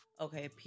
Okay